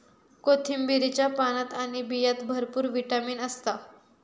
कोथिंबीरीच्या पानात आणि बियांत भरपूर विटामीन असता